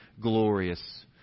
glorious